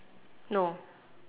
no